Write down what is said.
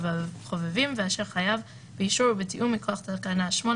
חובבים ואשר חייב באישור ובתיאום מכוח תקנה 8